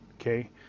okay